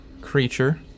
creature